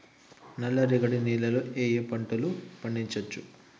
నల్లరేగడి నేల లో ఏ ఏ పంట లు పండించచ్చు?